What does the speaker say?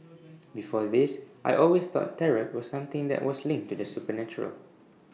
before this I always thought tarot was something that was linked to the supernatural